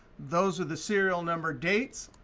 those are the serial number dates.